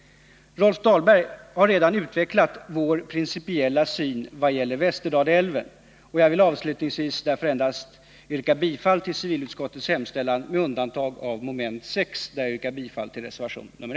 Rolf Dahlberg har redan utvecklat vår principiella syn i vad gäller 193 Västerdalälven och avslutningsvis vill jag därför yrka bifall till civilutskottets hemställan, med undantag för mom. 6 där jag yrkar bifall till reservation är